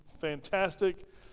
fantastic